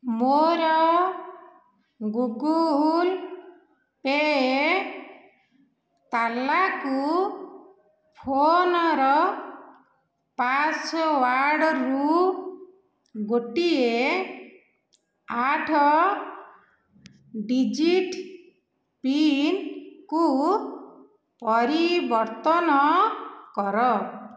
ମୋର ଗୁୁଗୁଲ୍ପେ' ତାଲାକୁ ଫୋନ୍ର ପାସୱାର୍ଡ଼ରୁ ଗୋଟିଏ ଆଠ ଡିଜିଟ୍ ପିନ୍କୁ ପରିବର୍ତ୍ତନ କର